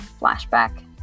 flashback